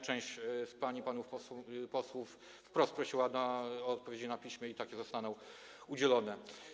Część pań i panów posłów wprost prosiła o odpowiedzi na piśmie i takie zostaną udzielone.